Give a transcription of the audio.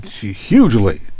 hugely